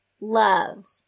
love